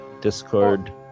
discord